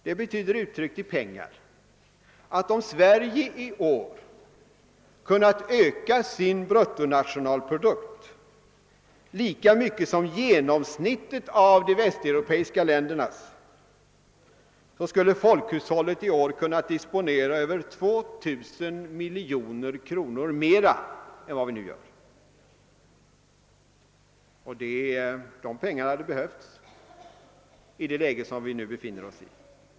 Detta betyder, uttryckt i pengar, att om Sverige i år hade kunnat öka sin bruttonationalprodukt lika mycket som genomsnittet i de västeuropeiska länderna, så skulle folkhushållet i år kunnat disponera över 2000 milj.kr. mer än vad vi nu gör. De pengarna hade behövts, i det läge vi befinner oss!